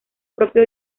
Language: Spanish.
propio